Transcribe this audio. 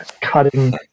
cutting